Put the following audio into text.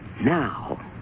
now